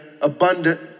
abundant